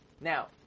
Now